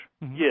yes